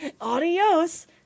Adios